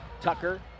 Tucker